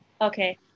Okay